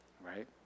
right